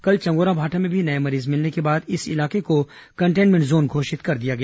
कल चंगोराभाठा में भी नए मरीज मिलने के बाद इस इलाके को कंटेन्मेंट जोन घोषित कर दिया गया